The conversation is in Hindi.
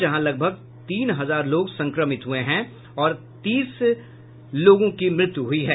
जहां लगभग तीन हजार लोग संक्रमित हुये है और तीस लोगों की मृत्यु हुई है